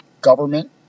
government